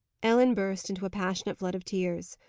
ellen burst into a passionate flood of tears.